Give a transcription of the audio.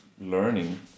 learning